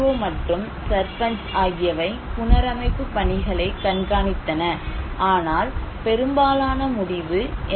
ஓ மற்றும் சர்பஞ்ச் ஆகியவை புனரமைப்பு பணிகளை கண்காணித்தன ஆனால் பெரும்பாலான முடிவு என்